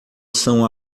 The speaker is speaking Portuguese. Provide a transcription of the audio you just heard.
são